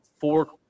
four